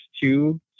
two